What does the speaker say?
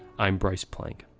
i'm bryce plank.